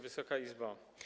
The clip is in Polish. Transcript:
Wysoka Izbo!